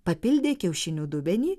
papildė kiaušinių dubenį